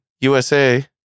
USA